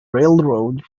railroad